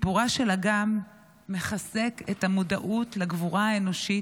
סיפורה של אגם מחזק את המודעות לגבורה האנושית,